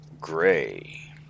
Gray